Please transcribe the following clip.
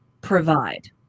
provide